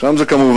שם זה כמובן